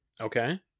okay